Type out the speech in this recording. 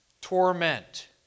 torment